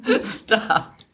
Stop